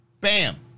Bam